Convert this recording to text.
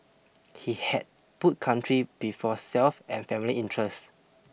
he had put country before self and family interest